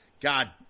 God